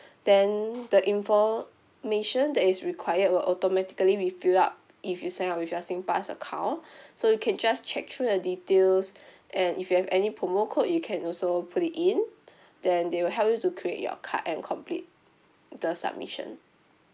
then the information that is required will automatically be filled up if you sign up with your singpass account so you can just check through the details and if you have any promo code you can also put it in then they will help you to create your card and complete the submission